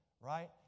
right